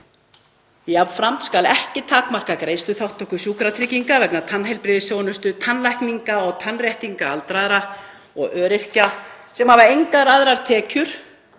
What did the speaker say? Jafnframt skal ekki takmarka greiðsluþátttöku sjúkratrygginga vegna tannheilbrigðisþjónustu, tannlækninga og tannréttinga aldraðra og öryrkja sem hafa engar aðrar tekjur